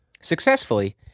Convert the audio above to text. successfully